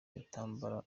intambara